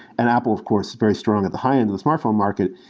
and apple, of course, very strong at the high-end of the smartphone market.